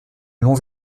longs